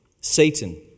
Satan